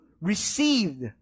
received